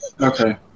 Okay